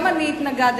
גם אני התנגדתי,